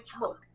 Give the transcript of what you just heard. look